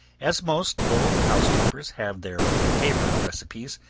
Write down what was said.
as most old housekeepers have their favorite recipes,